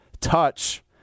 touch